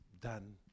done